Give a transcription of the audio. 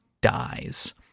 dies